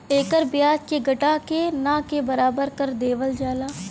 एकर ब्याज के घटा के ना के बराबर कर देवल जाला